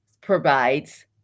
provides